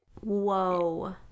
Whoa